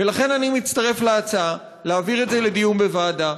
ולכן אני מצטרף להצעה להעביר את זה לדיון בוועדה.